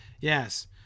Yes